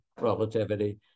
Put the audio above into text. relativity